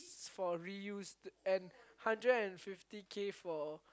for reuse and hundred and fifty K for